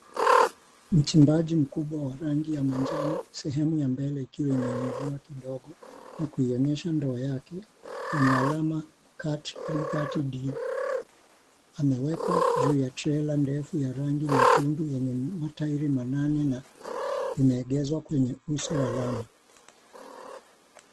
Mchimbaji mkubwa wa rangi ya manjano sehemu ya mbele ikiwa imeinuliwa kidogo na kuionyesha ndoa yake yenye alama CAT 330D. Amewekwa juu ya trela ndefu ya rangi nyekundu yenye matairi manane na imeegezwa kwenye uso wa lami.